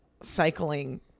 cycling